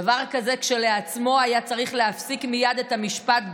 דבר זה כשלעצמו היה צריך להפסיק מייד את המשפט,